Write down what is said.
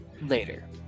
later